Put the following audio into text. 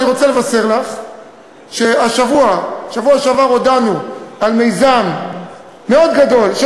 אני רוצה לבשר לך שבשבוע שעבר הודענו על מיזם מאוד גדול של